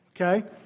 okay